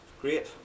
great